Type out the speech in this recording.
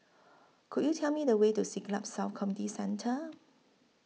Could YOU Tell Me The Way to Siglap South Community Centre